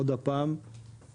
עוד פעם,